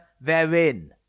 therein